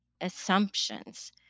assumptions